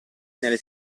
nelle